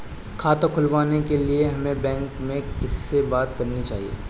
खाता खुलवाने के लिए हमें बैंक में किससे बात करनी चाहिए?